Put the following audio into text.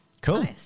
Cool